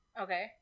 Okay